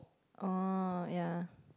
oh ya